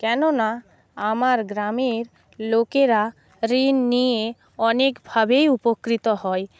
কেননা আমার গ্রামের লোকেরা ঋণ নিয়ে অনেকভাবেই উপকৃত হয়